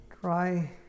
try